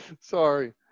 Sorry